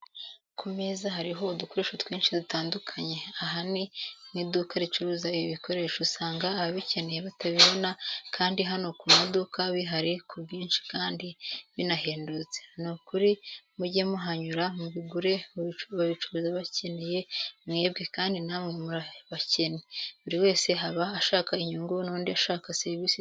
Ku meza hariho udukoresho twinshi dutandukanye, aha ni mu iduka ricuruza ibi bikoresho usanga ababikeneye batabibona kandi hano ku maduka bihari ku bwinshi kandi binahendutse, nukuri mujye muhanyura mubigure babicuruza bakeneye mwebwe kandi namwe murabakennye, buri wese haba ashaka inyungu n'undi ushaka serivise nziza.